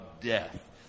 death